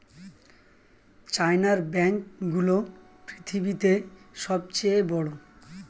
চায়নার ব্যাঙ্ক গুলো পৃথিবীতে সব চেয়ে বড়